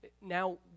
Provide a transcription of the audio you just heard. now